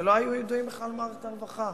שלא היו ידועים בכלל למערכת הרווחה.